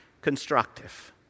constructive